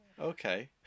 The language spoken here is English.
Okay